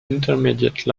intermediate